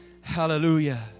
Hallelujah